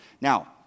Now